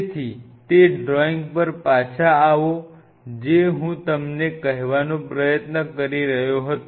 તેથી તે ડ્રોઇંગ પર પાછા આવો જે હું તમને કહેવાનો પ્રયત્ન કરી રહ્યો હતો